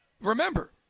remember